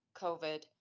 COVID